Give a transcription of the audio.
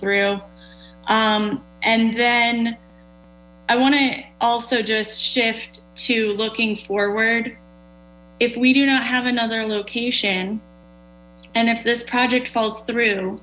through and then i want to also just shift to looking forward if we do not have another location and if this project falls through